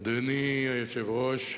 אדוני היושב-ראש,